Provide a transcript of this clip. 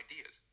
ideas